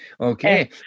Okay